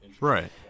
Right